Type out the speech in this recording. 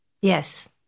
Yes